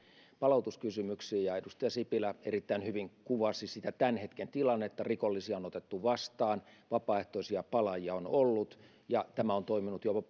palautuskysymyksiin edustaja sipilä erittäin hyvin kuvasi sitä tämän hetken tilannetta rikollisia on otettu vastaan vapaaehtoisia palaajia on ollut ja tämä on toiminut jopa